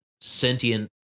sentient